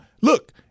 look